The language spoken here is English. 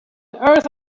earth